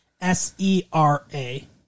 S-E-R-A